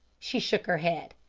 she shook her head.